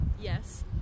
yes